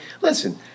Listen